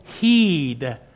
heed